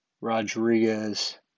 Rodriguez